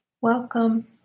Welcome